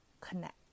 connect